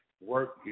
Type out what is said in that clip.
work